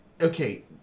Okay